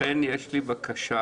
לכן יש לי בקשה,